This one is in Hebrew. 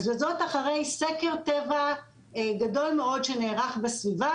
וזאת אחרי סקר טבע גדול מאוד שנערך בסביבה